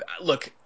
Look